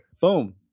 boom